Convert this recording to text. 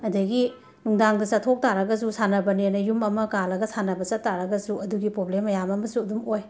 ꯑꯗꯒꯤ ꯅꯨꯡꯗꯥꯡꯗ ꯆꯠꯊꯣꯛꯄ ꯇꯥꯔꯒꯁꯨ ꯁꯥꯟꯅꯕꯅꯦꯅ ꯌꯨꯝ ꯑꯃ ꯀꯥꯜꯂꯒ ꯁꯥꯟꯅꯕ ꯆꯠꯄ ꯇꯥꯔꯒꯁꯨ ꯑꯗꯨꯒꯤ ꯄꯣꯕ꯭ꯂꯦꯝ ꯃꯌꯥꯝ ꯑꯃꯁꯨ ꯑꯗꯨꯝ ꯑꯣꯏ